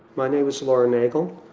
my name is laura nagle.